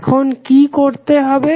এখন কি করতে হবে